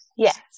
Yes